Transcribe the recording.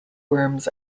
worms